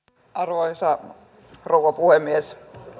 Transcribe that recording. arvoisa rouva puhemies